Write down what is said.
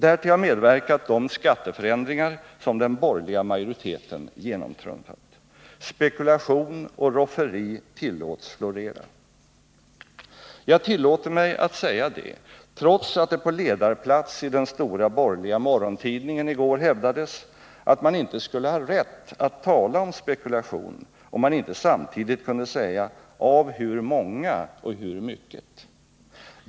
Därtill har medverkat de skatteförändringar som den borgerliga majoriteten genomtrumfat. Spekulation och rofferi tillåts florera. Jag tillåter mig att säga det, trots att det på ledarplats i den stora borgerliga morgontidningen i går hävdades att man inte skulle ha rätt att tala om spekulation, om man inte samtidigt kunde säga av hur många och hur mycket.